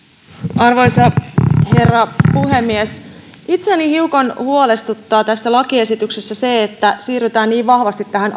arvoisa herra puhemies itseäni hiukan huolestuttaa tässä lakiesityksessä se että siirrytään niin vahvasti tähän